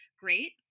Great